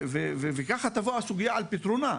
וכך תבוא הסוגייה על פתרונה.